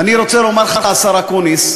ואני רוצה לומר לך, השר אקוניס,